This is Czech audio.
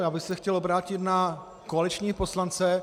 Já bych se chtěl obrátit na koaliční poslance.